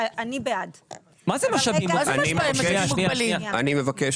מה זה משאבים מוגבלים?